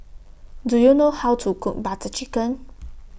Do YOU know How to Cook Butter Chicken